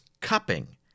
cupping